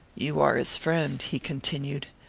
you are his friend, he continued.